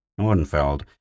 Nordenfeld